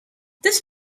this